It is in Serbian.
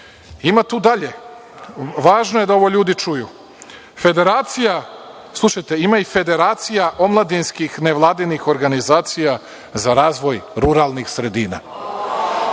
tu dalje, važno je da ovo ljudi čuju, slušajte ima i Federacija omladinskih nevladinih organizacija za razvoj ruralnih sredina.